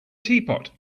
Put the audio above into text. teapot